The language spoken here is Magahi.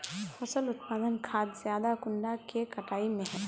फसल उत्पादन खाद ज्यादा कुंडा के कटाई में है?